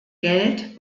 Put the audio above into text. geld